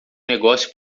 negócio